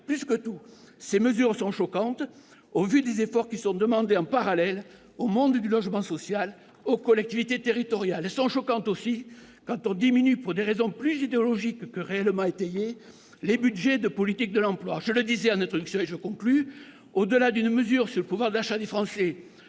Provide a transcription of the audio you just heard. Plus que tout, ces mesures sont choquantes, au vu des efforts qui sont demandés en parallèle au monde du logement social, aux collectivités territoriales. Elles sont choquantes aussi quand on diminue, pour des raisons plus idéologiques que réellement étayées, les budgets de politique de l'emploi. Je le disais en introduction, au-delà d'une mesure sur le pouvoir d'achat des Français